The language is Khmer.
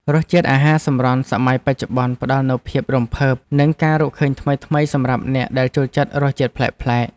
រសជាតិអាហារសម្រន់សម័យបច្ចុប្បន្នផ្តល់នូវភាពរំភើបនិងការរកឃើញថ្មីៗសម្រាប់អ្នកដែលចូលចិត្តរសជាតិប្លែក។